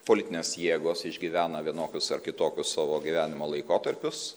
politinės jėgos išgyvena vienokius ar kitokius savo gyvenimo laikotarpius